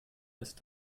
ist